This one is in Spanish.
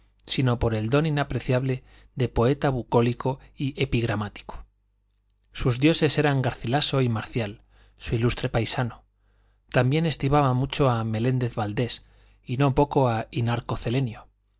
sino por el don inapreciable de poeta bucólico y epigramático sus dioses eran garcilaso y marcial su ilustre paisano también estimaba mucho a meléndez valdés y no poco a inarco celenio